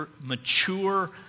mature